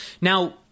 Now